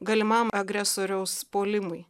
galimam agresoriaus puolimui